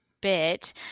bit